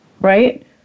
right